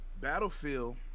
battlefield